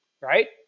right